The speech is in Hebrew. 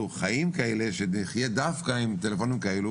חיים כאלה שנחיה דווקא עם טלפונים כאלה